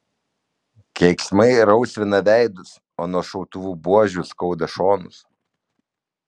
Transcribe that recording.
keiksmai rausvina veidus o nuo šautuvų buožių skauda šonus